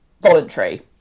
voluntary